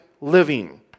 living